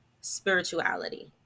spirituality